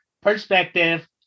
perspective